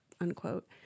unquote